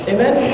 Amen